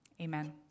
Amen